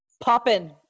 popping